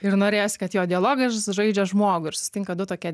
ir norėjosi kad jo dialogas žaidžia žmogų ir susitinka du tokie